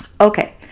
Okay